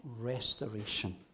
restoration